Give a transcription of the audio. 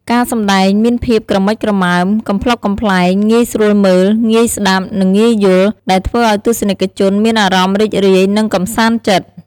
ការសម្តែងមានភាពក្រមិចក្រមើម កំប្លុកកំប្លែង ងាយស្រួលមើល ងាយស្តាប់ និងងាយយល់ ដែលធ្វើឱ្យទស្សនិកជនមានអារម្មណ៍រីករាយ និងកម្សាន្តចិត្ត ។